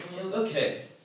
okay